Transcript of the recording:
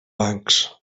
bancs